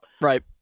Right